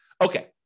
Okay